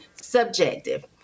subjective